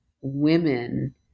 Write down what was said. women